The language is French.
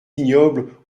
ignobles